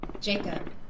Jacob